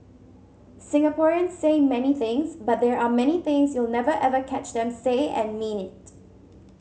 Singaporeans say many things but there are many things you'll never ever catch them say and mean it